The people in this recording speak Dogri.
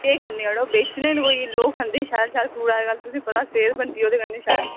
केह् करने अड़ो बेचने न कोई लोक खंदे शैल शैल फ्रुट अज्जकल तुसेंगी पता सेहत बनंदी ओह्दे कन्नै शैल